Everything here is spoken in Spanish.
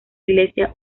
iglesia